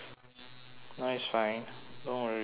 no it's fine don't worry about it